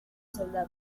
soldado